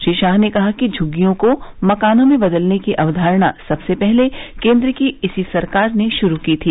श्री शाह ने कहा कि झ्ग्गियों को मकानों में बदलने की अवधारणा सबसे पहले केन्द्र की इसी सरकार ने श्रू की थी